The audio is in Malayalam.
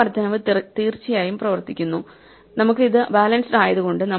ഈ വർദ്ധനവ് തീർച്ചയായും പ്രവർത്തിക്കുന്നു നമുക്ക് ഇത് ബാലൻസ്ഡ് ആയതുകൊണ്ട്